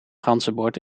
ganzenbord